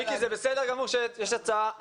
מיקי, זה בסדר גמור שיש הצעה.